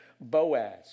Boaz